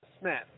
Smith